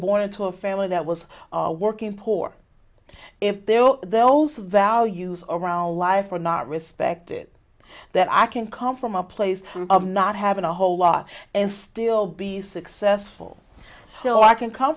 born into a family that was working poor if there are there also values around life are not respected that i can come from a place of not having a whole lot and still be successful so i can come